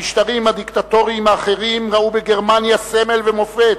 המשטרים הדיקטטוריים האחרים ראו בגרמניה סמל ומופת,